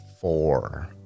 Four